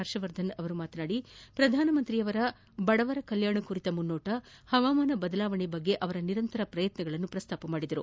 ಹರ್ಷವರ್ಧನ್ ಮಾತನಾಡಿ ಪ್ರಧಾನಮಂತ್ರಿಯವರ ಬಡವರ ಕಲ್ಯಾಣ ಕುರಿತ ಮುನ್ನೋಟ ಹವಾಮಾನ ಬದಲಾವಣೆ ಕುರಿತ ಅವರ ನಿರಂತರ ಪ್ರಯತ್ನಗಳನ್ನು ಪ್ರಸ್ತಾಪಿಸಿದರು